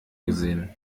gesehen